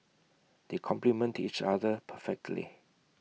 they complement each other perfectly